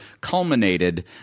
culminated